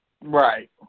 Right